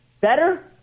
better